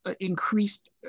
increased